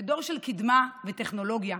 בדור של קדמה וטכנולוגיה,